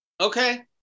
okay